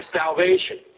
salvation